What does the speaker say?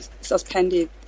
suspended